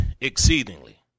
exceedingly